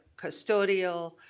custodial,